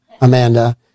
amanda